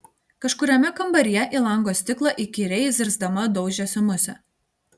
kažkuriame kambaryje į lango stiklą įkyriai zirzdama daužėsi musė